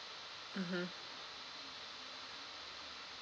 mmhmm